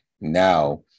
now